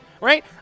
right